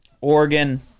Oregon-